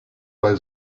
bei